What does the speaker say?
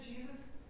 Jesus